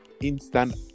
Instant